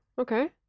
okay